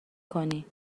کنی